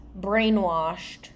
brainwashed